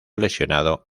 lesionado